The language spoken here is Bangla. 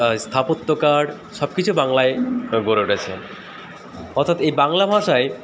স্থাপত্যকার সব কিছু বাংলায় গড়ে উঠেছে অর্থাৎ এই বাংলা ভাষায়